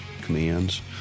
commands